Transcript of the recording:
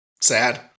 Sad